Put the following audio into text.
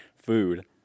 Food